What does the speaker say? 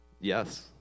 Yes